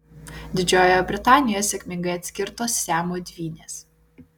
didžiojoje britanijoje sėkmingai atskirtos siamo dvynės